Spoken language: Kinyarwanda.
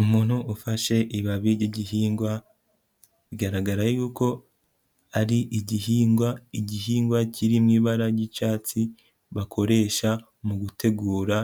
Umuntu ufashe ibabi ry'igihingwa, bigaragara yuko ari igihingwa, igihingwa kiri mu ibara ry'icyatsi bakoresha mu gutegura